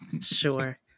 sure